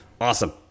Awesome